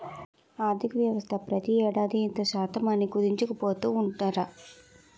ఆర్థికవ్యవస్థ ప్రతి ఏడాది ఇంత శాతం అని కుదించుకుపోతూ ఉందట